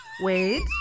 Wait